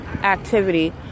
activity